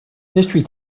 history